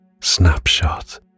snapshot